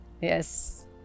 Yes